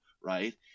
right